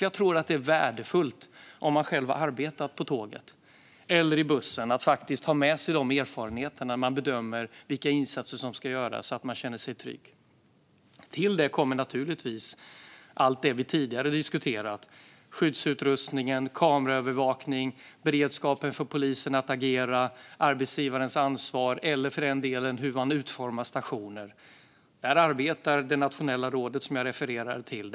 Jag tror att det är värdefullt om man själv har arbetat på tåget eller i bussen och faktiskt kan ha med sig de erfarenheterna vid bedömningen av vilka insatser som ska göras så att de som jobbar känner sig trygga. Till det kommer naturligtvis allt det vi tidigare har diskuterat: skyddsutrustningen, kameraövervakning, beredskap för polisen att agera, arbetsgivarens ansvar eller för den delen hur man utformar stationer. Där arbetar det nationella rådet som jag refererade till.